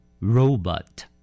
robot